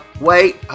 wait